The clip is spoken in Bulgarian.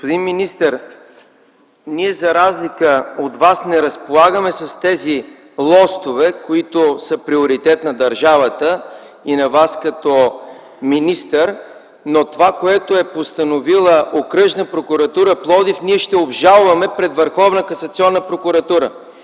Господин министър, ние за разлика от Вас не разполагаме с тези лостове, които са приоритет на държавата и на Вас като министър, но това, което е постановила Окръжната прокуратура в Пловдив, ще го обжалваме пред Върховната касационна прокуратура.